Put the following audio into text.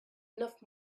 enough